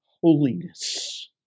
holiness